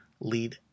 lead